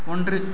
ஒன்று